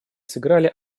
сыграли